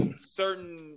certain